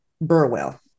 Burwell